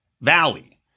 valley